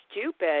stupid